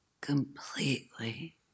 completely